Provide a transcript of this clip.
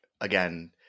again